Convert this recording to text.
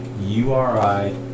URI